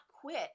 quit